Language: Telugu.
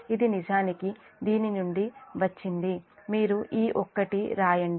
ఇది నిజానికి దీని నుండే వచ్చింది మీరు ఈ యొక్కటి రాయండి